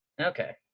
okay